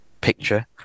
picture